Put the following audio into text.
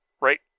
right